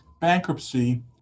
bankruptcy